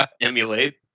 emulate